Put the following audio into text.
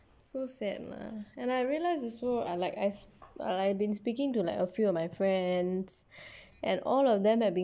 so sad lah and I realize also I like I like have been speaking to like a few of my friends and all of them have been